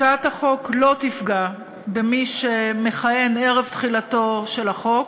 הצעת החוק לא תפגע במי שמכהן ערב תחילתו של החוק,